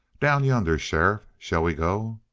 down yonder, sheriff. shall we go?